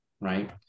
right